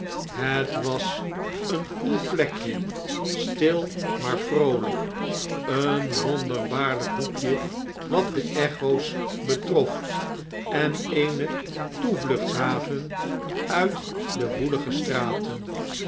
het was een koel plekje stil maar vrooljjk een wonderbaarljjk hoekje wat de echo's betrof en eene toevluchtshaven uit de woelige straten